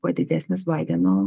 kuo didesnis baideno